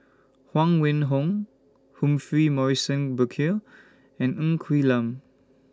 Huang Wenhong Humphrey Morrison Burkill and Ng Quee Lam